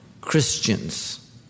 Christians